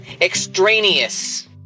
Extraneous